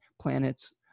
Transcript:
planets